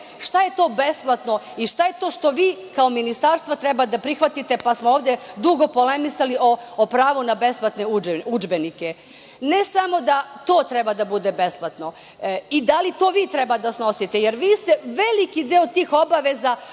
šta je to besplatno i šta je to što vi kao ministarstvo treba da prihvatite, pa smo ovde dugo polemisali o pravu na besplatne udžbenike. Ne samo da to treba da bude besplatno, i da li to vi treba da snosite, jer vi ste veliki deo tih obaveza